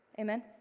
amen